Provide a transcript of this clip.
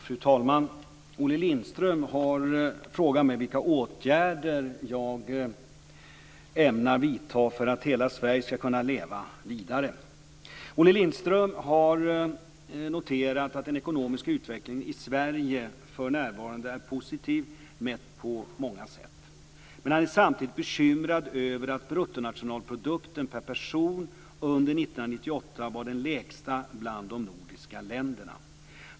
Fru talman! Olle Lindström har frågat mig vilka åtgärder jag ämnar vidta för att hela Sverige ska kunna leva vidare. Olle Lindström har noterat att den ekonomiska utvecklingen i Sverige för närvarande är positiv mätt på många sätt, men han är samtidigt bekymrad över att bruttonationalprodukten per person under 1998 var den lägsta bland de nordiska länderna.